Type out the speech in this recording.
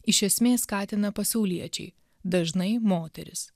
iš esmės skatina pasauliečiai dažnai moterys